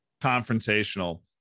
confrontational